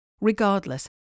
Regardless